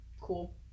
Cool